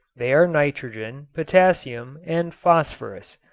they are nitrogen, potassium and phosphorus.